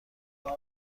کنیم